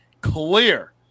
clear